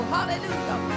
Hallelujah